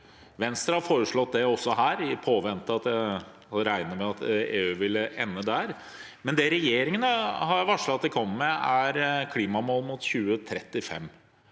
Venstre har foreslått det også her, fordi vi regnet med at EU ville ende der, men det regjeringen har varslet at de kommer med, er klimamål mot 2035.